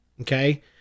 Okay